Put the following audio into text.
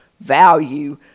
value